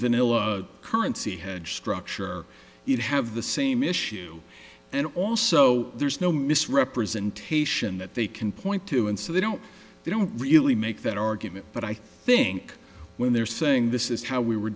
vanilla currency had structure you'd have the same issue and also there's no misrepresentation that they can point to and so they don't they don't really make that argument but i think when they're saying this is how we were